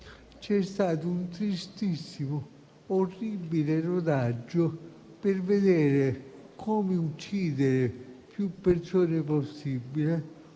C'è stato un tristissimo e orribile rodaggio per vedere come uccidere più persone possibili,